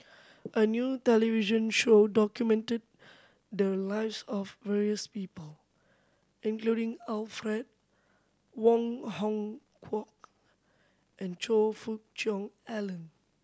a new television show documented the lives of various people including Alfred Wong Hong Kwok and Choe Fook Cheong Alan